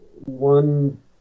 one